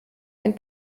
ein